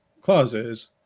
clauses